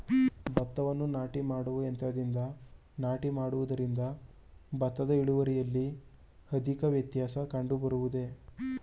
ಭತ್ತವನ್ನು ನಾಟಿ ಮಾಡುವ ಯಂತ್ರದಿಂದ ನಾಟಿ ಮಾಡುವುದರಿಂದ ಭತ್ತದ ಇಳುವರಿಯಲ್ಲಿ ಅಧಿಕ ವ್ಯತ್ಯಾಸ ಕಂಡುಬರುವುದೇ?